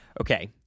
Okay